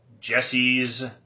Jesse's